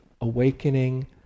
awakening